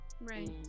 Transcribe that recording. Right